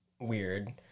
weird